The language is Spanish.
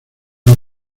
los